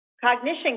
cognition